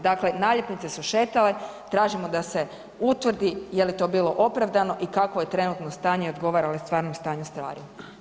Dakle, naljepnice su šetale, tražimo da se utvrdi je li to bilo opravdano i kako trenutno stanje odgovara ovom stvarnom stanju stvari.